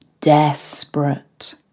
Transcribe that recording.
Desperate